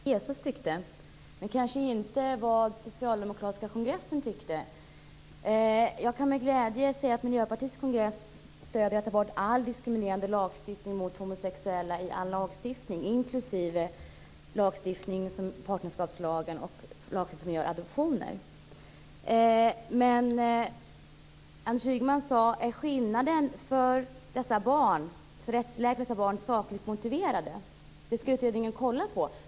Fru talman! Vi fick höra vad Jesus tyckte, men inte vad den socialdemokratiska kongressen tyckte. Jag kan med glädje berätta att på Miljöpartiets kongress beslutade vi att ta bort all diskriminering av homosexuella i all lagstiftning, inklusive sådan lagstiftning som partnerskapslagen och adoptionslagen. Anders Ygeman undrade om skillnaden i rättsläget för dessa barn var sakligt motiverat. Det skall man tydligen se över.